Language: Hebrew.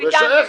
אנחנו --- רגע,